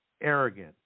arrogant